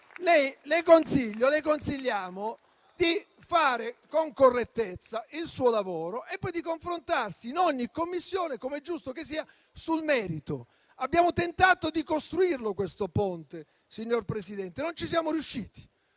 Le consigliamo di fare con correttezza il suo lavoro e poi di confrontarsi in ogni Commissione - come è giusto che sia - sul merito. Abbiamo tentato di costruirlo, questo ponte, signor Presidente, ma non ci siamo riusciti